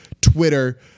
Twitter